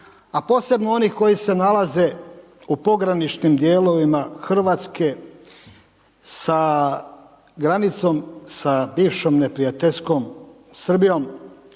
a posebno onih koji se nalaze u pograničnim dijelovima Hrvatske sa granicom sa bivšom neprijateljskom Srbijom,